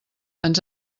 ens